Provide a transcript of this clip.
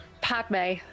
Padme